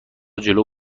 جلو